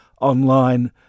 online